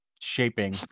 shaping